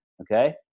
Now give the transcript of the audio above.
Okay